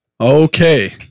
Okay